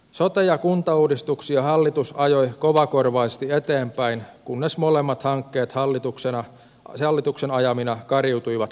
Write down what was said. sote ja kuntauudistuksia hallitus ajoi kovakorvaisesti eteenpäin kunnes molemmat hankkeet hallituksen ajamina kariutuivat viime keväänä